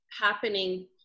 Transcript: happening